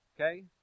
okay